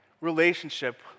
relationship